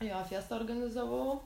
jo fiestą organizavau